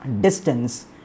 distance